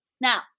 Now